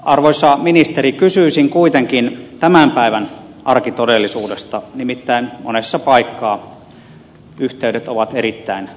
arvoisa ministeri kysyisin kuitenkin tämän päivän arkitodellisuudesta nimittäin monessa paikkaa yhteydet ovat erittäin huonot